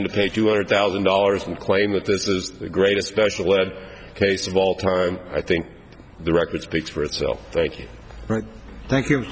pay two hundred thousand dollars and claim that this is the greatest special ed case of all time i think the record speaks for itself thank you thank you